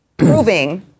Proving